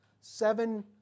seven